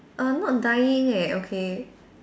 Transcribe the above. err not dying eh okay